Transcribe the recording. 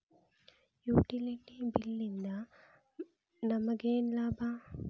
Utility bill ನಿಂದ್ ನಮಗೇನ ಲಾಭಾ?